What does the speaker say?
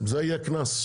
זה יהיה קנס.